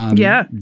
um yeah,